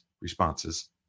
responses